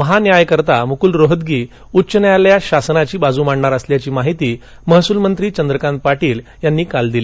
महान्यायकर्ता मुकुल रोहतगी उच्च न्यायालयात शासनाची बाजू मांडणार असल्याची माहिती महसूल मंत्री चंद्रकांत पाटील यांनी काल दिली